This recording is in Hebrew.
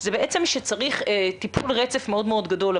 זה בעצם שצריך טיפול רצף מאוד מאוד גדול.